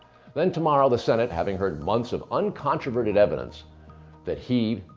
then tomorrow the senate, having heard months of uncontroverted evidence that he,